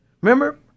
Remember